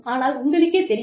ஆனால் உங்களுக்கே தெரியும்